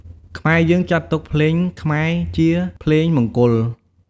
ខ្មែរយើងចាត់ទុកភ្លេងខ្មែរជាភ្លេងមង្គល។